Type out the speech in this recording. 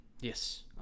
Yes